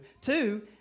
Two